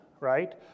Right